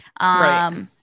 Right